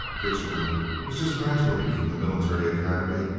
kitchener was just graduating from the military academy,